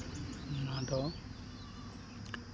ᱚᱱᱟᱫᱚ